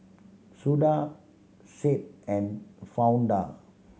Judah Sade and Fonda